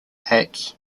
acts